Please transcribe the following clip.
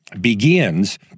begins